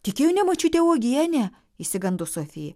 tik jau ne močiutė uogienė išsigando sofi